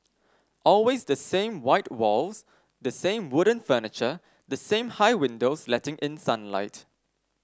always the same white walls the same wooden furniture the same high windows letting in sunlight